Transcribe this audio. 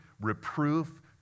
reproof